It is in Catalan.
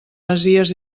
masies